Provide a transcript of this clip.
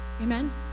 Amen